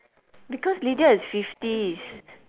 because lydia is fifties